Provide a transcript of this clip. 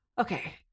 Okay